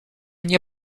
nie